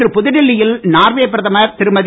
இன்று புதுடெல்லியில் நார்வே பிரதமர் திருமதி